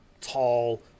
tall